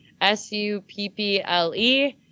S-U-P-P-L-E